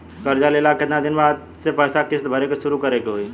कर्जा लेला के केतना दिन बाद से पैसा किश्त भरे के शुरू करे के होई?